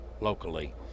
locally